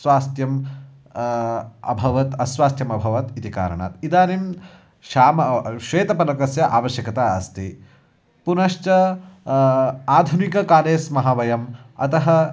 स्वास्थ्यम् अभवत् अस्वास्थ्यमभवत् इति कारणात् इदानीं श्याम श्वेतपलकस्य आवश्यकता अस्ति पुनश्च आधुनिककाले स्मः वयम् अतः